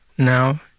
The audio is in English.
Now